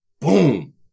boom